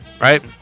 right